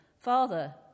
Father